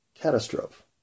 catastrophe